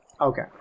Okay